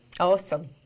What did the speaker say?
Awesome